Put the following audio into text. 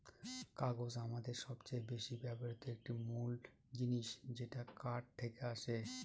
কাগজ আমাদের সবচেয়ে বেশি ব্যবহৃত একটি মূল জিনিস যেটা কাঠ থেকে আসে